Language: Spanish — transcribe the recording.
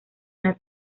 una